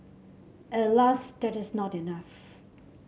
Alas that is not enough